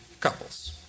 couples